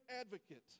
advocate